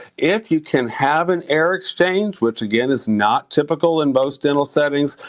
if you can have an air exchange, which again, is not typical in most dental settings,